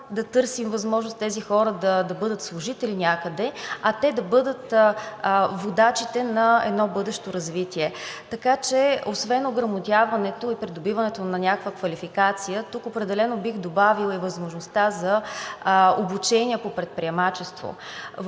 да търсим възможност тези хора да бъдат служители някъде, а те да бъдат водачите на едно бъдещо развитие. Така че освен ограмотяването, придобиването на някаква квалификация, тук определено бих добавила и възможността за обучение по предприемачество.